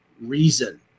reason